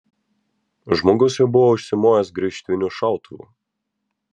žmogus jau buvo užsimojęs graižtviniu šautuvu